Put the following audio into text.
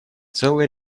целый